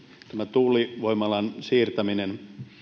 tuulivoimaloiden siirtäminen